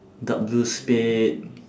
dark blue spade